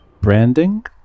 branding